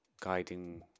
guiding